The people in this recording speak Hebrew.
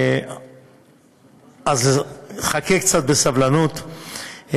אז חכה קצת בסבלנות.